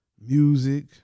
music